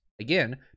Again